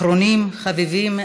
ואחרונים חביבים,